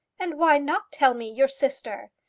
and why not tell me your sister?